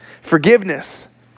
Forgiveness